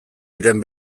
diren